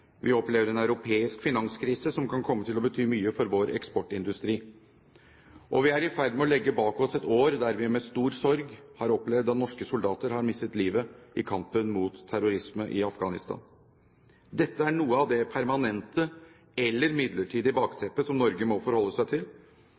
Vi opplever en europeisk finanskrise som kan komme til å bety mye for vår eksportindustri. Vi er i ferd med å legge bak oss et år der vi med stor sorg har opplevd at norske soldater har mistet livet i kampen mot terrorisme i Afghanistan. Dette er noe av det permanente, eller midlertidige,